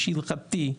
שהיא הלכתית,